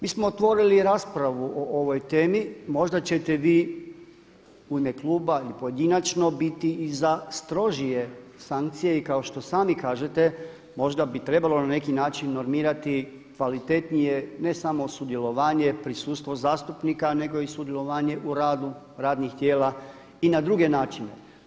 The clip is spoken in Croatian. Mi smo otvorili raspravu o ovoj temi, možda ćete vi u ime kluba i pojedinačno biti i za strožije sankcije i kao što sami kažete možda bi trebalo na neki način normirati kvalitetnije ne samo sudjelovanje, prisustvo zastupnika, nego i sudjelovanje u radu radnih tijela i na druge način.